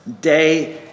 day